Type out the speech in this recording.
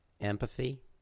empathy